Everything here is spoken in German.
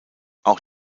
auch